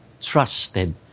trusted